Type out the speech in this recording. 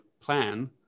plan